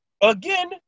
again